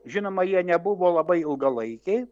žinoma jie nebuvo labai ilgalaikiai